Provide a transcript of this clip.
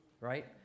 Right